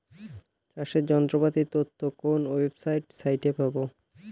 চাষের যন্ত্রপাতির তথ্য কোন ওয়েবসাইট সাইটে পাব?